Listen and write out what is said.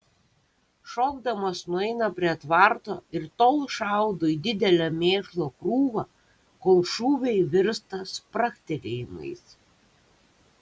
šokdamas nueina prie tvarto ir tol šaudo į didelę mėšlo krūvą kol šūviai virsta spragtelėjimais